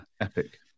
epic